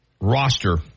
roster